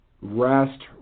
rest